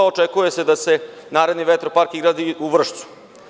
Očekuje se da se naredni vetropark izgradi u Vršcu.